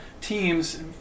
teams